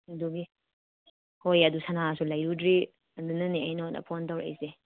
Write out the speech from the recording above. ꯑꯗꯨꯒꯤ ꯍꯣꯏ ꯑꯗꯣ ꯁꯅꯥꯁꯨ ꯂꯩꯔꯨꯗ꯭ꯔꯤ ꯑꯗꯨꯅꯅꯦ ꯑꯩ ꯅꯉꯣꯟꯗ ꯐꯣꯟ ꯇꯧꯔꯛꯏꯁꯦ